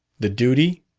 the duty?